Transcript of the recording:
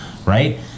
Right